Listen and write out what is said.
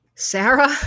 Sarah